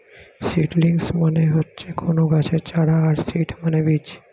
seedlings মানে হচ্ছে কোনো গাছের চারা আর সিড মানে বীজ